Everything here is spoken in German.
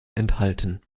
enthalten